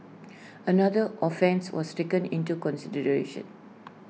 another offence was taken into consideration